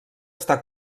està